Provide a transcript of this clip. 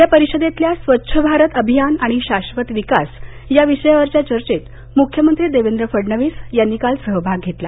या परिषदेतल्या स्वच्छ भारत अभियान आणि शाक्षत विकास या विषयावरच्या चर्चेत मुख्यमंत्री देवेंद्र फडणवीस यांनी काल सहभाग घेतला